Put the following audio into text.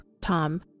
Tom